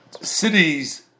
cities